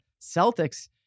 Celtics